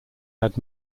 had